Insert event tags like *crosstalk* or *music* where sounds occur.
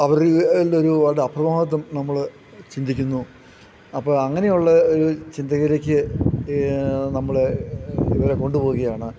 അവരിൽ ഒരു *unintelligible* നമ്മൾ ചിന്തിക്കുന്നു അപ്പം അങ്ങനെയുള്ള ഒരു ചിന്തയിലേക്ക് നമ്മൾ ഇവരെ കൊണ്ടുപോവുകയാണ്